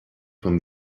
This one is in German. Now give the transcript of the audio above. von